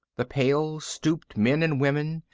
the pale, stooped men and women,